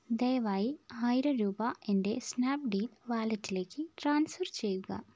ദയവായി ആയിരം രൂപ എൻ്റെ സ്നാപ്ഡീൽ വാലറ്റിലേക്ക് ട്രാൻസ്ഫർ ചെയ്യുക